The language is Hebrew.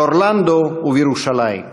באורלנדו ובירושלים.